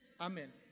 Amen